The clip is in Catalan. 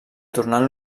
tornant